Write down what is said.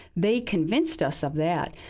they convinced us of that.